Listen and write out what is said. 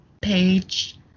page